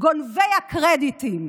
גונבי הקרדיטים.